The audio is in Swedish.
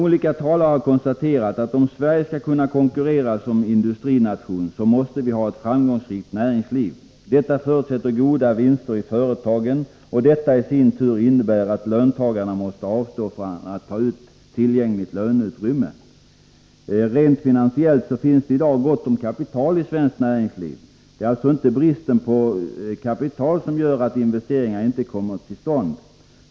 Olika talare har konstaterat att om Sverige skall kunna konkurrera som industrination måste vi ha ett framgångsrikt näringsliv. Detta förutsätter goda vinster i företagen, och detta i sin tur innebär att löntagarna måste avstå från att ta ut tillgängligt löneutrymme. Rent finansiellt finns det i dag gott om kapital i svenskt näringliv. Det är alltså inte bristen på kapital som gör att investeringar inte kommer till stånd.